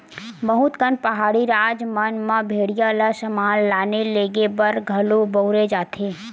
बहुत कन पहाड़ी राज मन म भेड़िया ल समान लाने लेगे बर घलो बउरे जाथे